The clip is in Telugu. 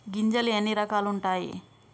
గింజలు ఎన్ని రకాలు ఉంటాయి?